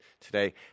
today